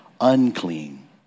unclean